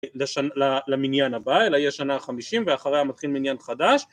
למניין הבא, אלא היא השנה החמישים ואחריה מתחיל מניין חדש